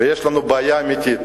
ויש לנו בעיה אמיתית.